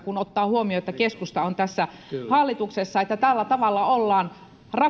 kun ottaa huomioon että keskusta on tässä hallituksessa että tällä tavalla ollaan